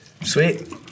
Sweet